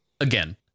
Again